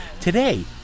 Today